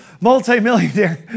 multimillionaire